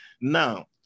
now